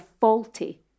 faulty